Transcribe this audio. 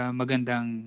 magandang